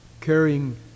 carrying